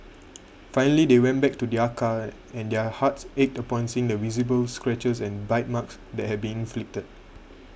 finally they went back to their car and their hearts ached upon seeing the visible scratches and bite marks that had been inflicted